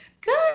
Good